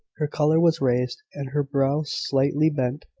her colour was raised, and her brow slightly bent,